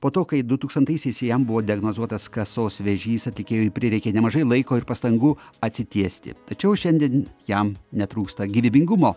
po to kai du tūkstantaisiais jam buvo diagnozuotas kasos vėžys atlikėjui prireikė nemažai laiko ir pastangų atsitiesti tačiau šiandien jam netrūksta gyvybingumo